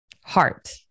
heart